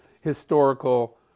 historical